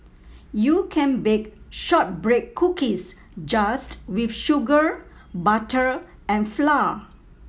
you can bake shortbread cookies just with sugar butter and flour